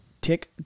tick